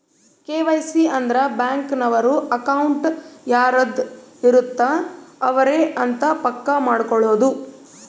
KYC ಅಂದ್ರ bank ನವರು account ಯಾರದ್ ಇರತ್ತ ಅವರೆ ಅಂತ ಪಕ್ಕ ಮಾಡ್ಕೊಳೋದು